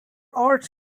arts